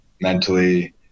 mentally